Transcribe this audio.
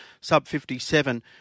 sub-57